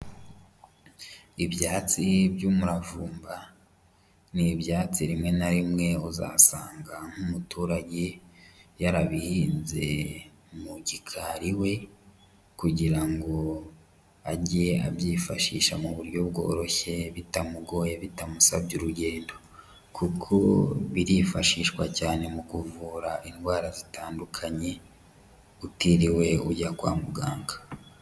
Ibyatsi by'umuravumba ni ibyatsi rimwe na rimwe uzasanga nk'umuturage yarabihinze mu gikari iwe kugira ngo ajye abyifashisha mu buryo bworoshye bitamugoye, bitamusabye urugendo kuko birifashishwa cyane mu kuvura indwara zitandukanye utiriwe ujya kwa muganga.